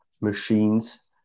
machines